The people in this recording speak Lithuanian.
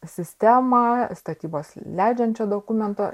sistemą statybos leidžiančio dokumento